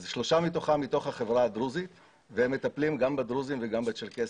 שלושה מהם מהחברה הדרוזית והם מטפלים גם בדרוזים וגם בצ'רקסים.